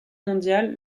mondiale